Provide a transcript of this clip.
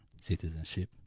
citizenship